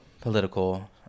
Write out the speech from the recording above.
political